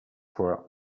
for